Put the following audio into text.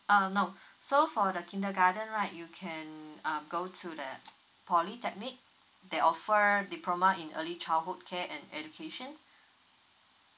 um no so for the kindergarten right you can uh go to the polytechnic they offer diploma in early childhood care and education